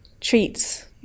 treats